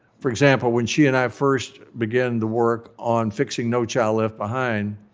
for example, when she and i first began the work on fixing no child left behind,